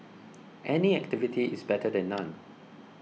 any activity is better than none